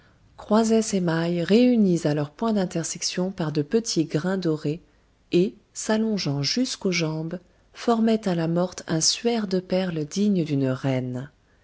croisait ses mailles réunies à leurs points d'intersection par de petits grains dorés et s'allongeant jusqu'aux jambes formait à la morte un suaire de perles digne d'une reine